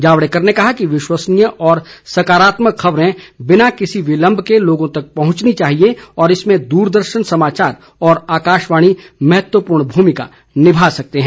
जावड़ेकर ने कहा कि विश्वसनीय और सकारात्मक खबरें बिना किसी विलंब के लोगों तक पहुंचनी चाहिए और इसमें दूरदर्शन समाचार तथा आकाशवाणी महत्वपूर्ण भूमिका निभा सकते हैं